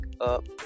up